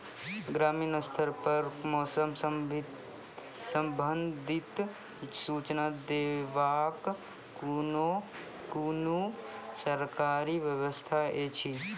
ग्रामीण स्तर पर मौसम संबंधित सूचना देवाक कुनू सरकारी व्यवस्था ऐछि?